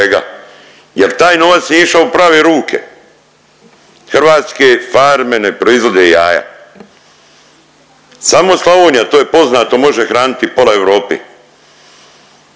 jer taj novac nije išao u prave ruke. Hrvatske farme ne proizvode jaja. Samo Slavonija to je poznato može hraniti pola Europe.